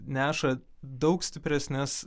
neša daug stipresnes